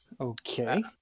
Okay